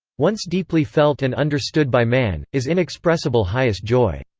once deeply felt and understood by man, is inexpressible highest joy.